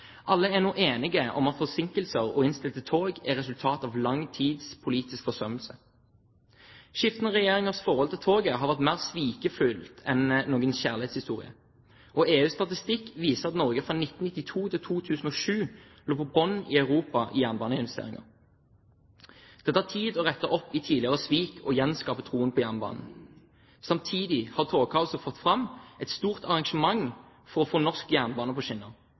Alle er nå enige om at forsinkelser og innstilte tog er resultatet av lang tids politisk forsømmelse. Skiftende regjeringers forhold til toget har vært mer svikefullt enn en svikefull kjærlighetshistorie. EUs statistikk viser at Norge fra 1992 til 2007 lå på bunnen i Europa når det gjaldt jernbaneinvesteringer. Det tar tid å rette opp i tidligere svik og gjenskape troen på jernbanen. Samtidig har togkaoset fått fram et stort engasjement for å få norsk jernbane på